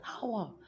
power